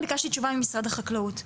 ביקשתי תשובה ממשרד החקלאות.